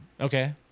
Okay